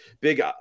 big